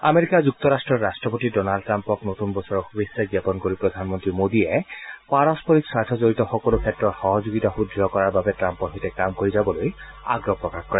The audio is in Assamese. আমেৰিকা যুক্তৰাট্টৰ ৰাট্টপতি ডনাল্ড ট্ৰাম্পক নতুন বছৰৰ শুভেচ্ছা জ্ঞাপন কৰি প্ৰধানমন্ত্ৰী মোদীয়ে পাৰস্পৰিক স্বাৰ্থ জড়িত সকলো ক্ষেত্ৰৰ সহযোগিতা সুদ্য় কৰাৰ বাবে ট্ৰাম্পৰ সৈতে কাম কৰি যাবলৈ আগ্ৰহ প্ৰকাশ কৰে